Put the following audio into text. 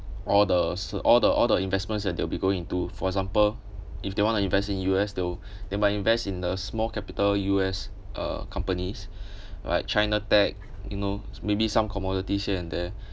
all the s~ all the all the investments that they will be going into for example if they want to invest in U_S they will they might invest in the small capital U_S uh companies like chinatech know maybe some commodities here and there